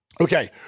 Okay